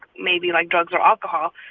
maybe like drugs or alcohol.